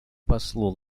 послу